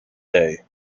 day